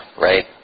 right